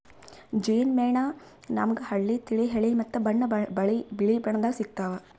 ಜೇನ್ ಮೇಣ ನಾಮ್ಗ್ ಹಳ್ದಿ, ತಿಳಿ ಹಳದಿ ಮತ್ತ್ ಬಿಳಿ ಬಣ್ಣದಾಗ್ ಸಿಗ್ತಾವ್